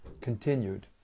continued